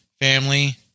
family